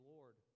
Lord